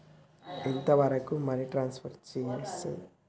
ఎంత వరకు money transfer చేయస్తది?